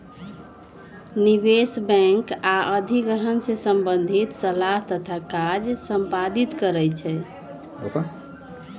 निवेश बैंक आऽ अधिग्रहण से संबंधित सलाह तथा काज संपादित करइ छै